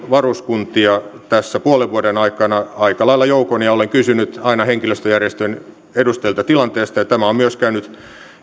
varuskuntia tässä puolen vuoden aikana aika lailla ja olen kysynyt aina henkilöstöjärjestöjen edustajilta tilanteesta tämä on myös käynyt